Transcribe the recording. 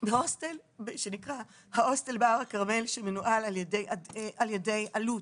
בהוסטל שנקרא "ההוסטל בהר הכרמל" שמנוהל על ידי אלו"ט.